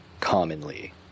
commonly